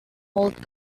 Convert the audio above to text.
old